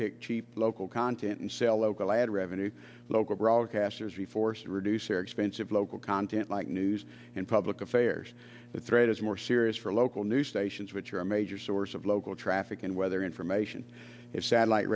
pick cheap local content and sell local ad revenue local broadcasters be forced to reduce their expensive local content like news and public affairs the threat is more serious for local news stations which are a major source of local traffic and weather information if satellite